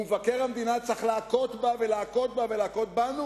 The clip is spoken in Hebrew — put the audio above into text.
ומבקר המדינה צריך להכות בה ולהכות בה ולהכות בנו